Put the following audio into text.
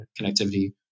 connectivity